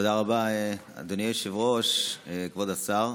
תודה רבה, אדוני היושב-ראש, כבוד השר,